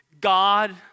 God